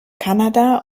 kanada